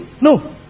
No